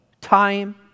time